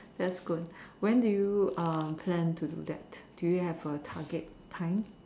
that's good when do you um plan to do that do you have a target time